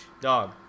dog